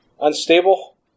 Unstable